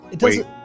Wait